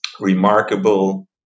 remarkable